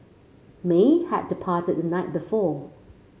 may had departed the night before